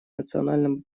национального